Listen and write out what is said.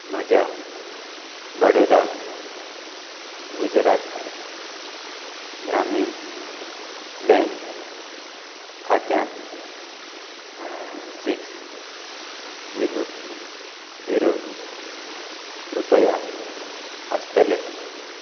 म्हज्या बडौदा गुजरात ग्रामीण बँक खात्यांत सिक्स जिरो जिरो रुपया आसतले